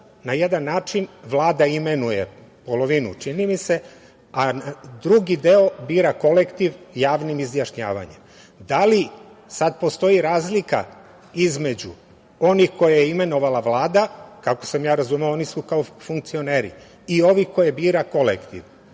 Na jedan način Vlad imenuje polovinu, čini mi se, a drugi deo bira kolektiv javnim izjašnjavanjem. Da li sada postoji razlika između onih koje je imenovala Vlada, kako sam ja razumeo oni su kao funkcioneri i ovih koje bira kolektiv?